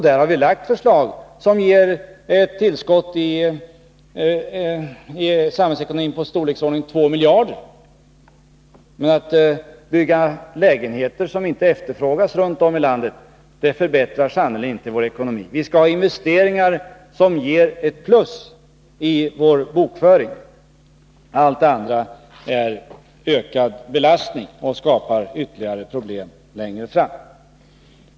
Där har vi lagt fram förslag som ger ett tillskott i samhällsekonomin på i storleksordningen 2 miljarder. Men att bygga lägenheter runt om i landet som inte efterfrågas, det förbättrar sannerligen inte vår ekonomi. Vi skall ha investeringar som ger ett plus i vår bokföring. Allt annat innebär ökad belastning och skapar ytterligare problem längre fram.